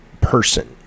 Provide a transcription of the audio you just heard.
Person